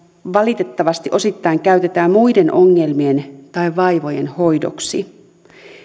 valitettavasti osittain käytetään muiden ongelmien tai vaivojen hoidoksi